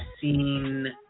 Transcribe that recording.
seen